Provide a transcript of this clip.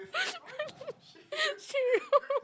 shit you